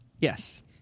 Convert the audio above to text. Yes